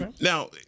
Now –